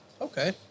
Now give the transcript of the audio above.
okay